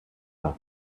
her